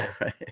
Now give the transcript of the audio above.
right